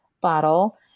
bottle